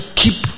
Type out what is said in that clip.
keep